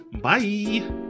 Bye